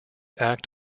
act